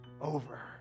over